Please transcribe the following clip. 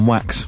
Wax